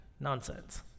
Nonsense